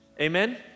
Amen